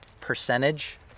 percentage